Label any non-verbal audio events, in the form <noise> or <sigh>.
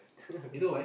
<laughs>